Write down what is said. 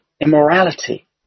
immorality